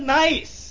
nice